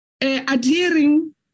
adhering